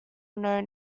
known